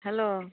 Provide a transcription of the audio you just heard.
hello